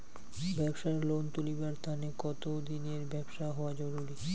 ব্যাবসার লোন তুলিবার তানে কতদিনের ব্যবসা হওয়া জরুরি?